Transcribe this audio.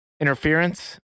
interference